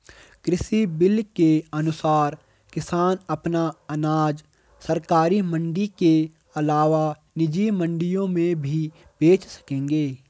कृषि बिल के अनुसार किसान अपना अनाज सरकारी मंडी के अलावा निजी मंडियों में भी बेच सकेंगे